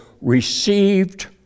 received